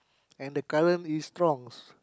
and the current is strongs